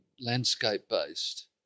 landscape-based